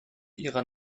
ihrer